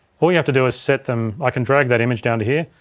all you have to do is set them. i can drag that image down to here.